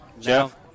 Jeff